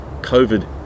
COVID